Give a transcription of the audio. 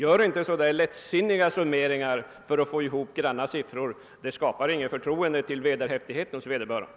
Gör inte så där lättsinniga summeringar för att få ihop granna siffror, det skapar inget förtroende till vederhäftigheten hos vederbörande!